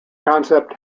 concept